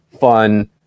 fun